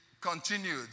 continued